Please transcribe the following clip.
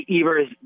Evers